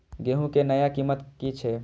गेहूं के नया कीमत की छे?